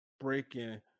breaking